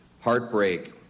heartbreak